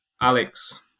Alex